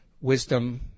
wisdom